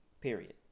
period